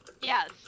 Yes